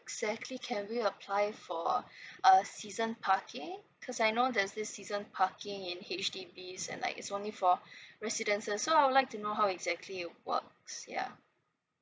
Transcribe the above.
exactly can we apply for uh season parking cause I know there's this season parking in H_D_B is and like it's only for residences so I would like to know how actually it works yeah